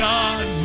God